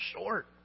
short